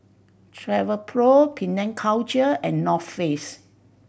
Travelpro Penang Culture and North Face